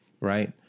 right